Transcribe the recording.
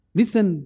listen